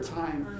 time